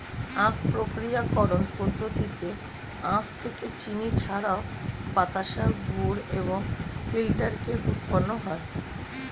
আখ প্রক্রিয়াকরণ পদ্ধতিতে আখ থেকে চিনি ছাড়াও বাতাসা, গুড় এবং ফিল্টার কেক উৎপন্ন হয়